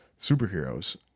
superheroes